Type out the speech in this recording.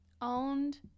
owned